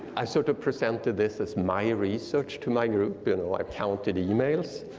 i sort of presented this as my research to my group and like counted emails.